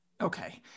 Okay